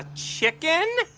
chicken.